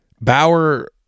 Bauer